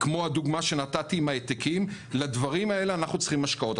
כמו הדוגמה שנתתי עם ההעתקים לדברים האלה אנחנו צריכים השקעות.